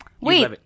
Wait